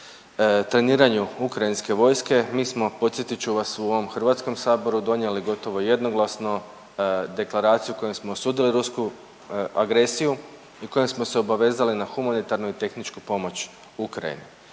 treniranju ukrajinske vojske, mi smo podsjetit ću vam u ovom Hrvatskom saboru donijeli gotovo jednoglasno deklaraciju kojom smo osudili rusku agresiju i kojom smo se obavezali na humanitarnu i tehničku pomoć Ukrajini.